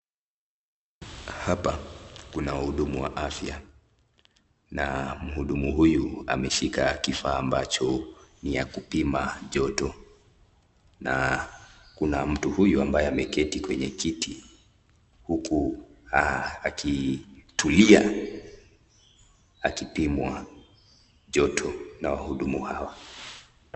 Hapa kuna wahudumu wa afya na mhudumu huyu ameshika kifaa ambacho ni ya kupima joto na kuna mtu huyu ambaye ameketi kwenye kiti huku akitulia akipimwa joto na wahudumu hawa.